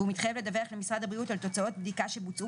והוא מתחייב לדווח למשרד הבריאות על תוצאות בדיקה שבוצעו